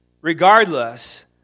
regardless